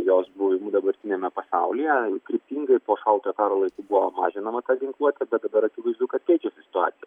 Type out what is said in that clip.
jos buvimu dabartiniame pasaulyje kryptingai po šaltojo karo laikų buvo mažinama ginkluotė bet dabar akivaizdu kad keičiasi situacija